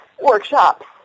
workshops